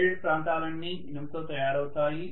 shaded ప్రాంతాలన్నీ ఇనుముతో తయారవుతాయి